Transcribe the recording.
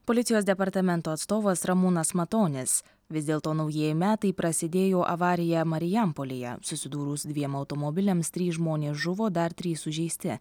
policijos departamento atstovas ramūnas matonis vis dėlto naujieji metai prasidėjo avarija marijampolėje susidūrus dviem automobiliams trys žmonės žuvo dar trys sužeisti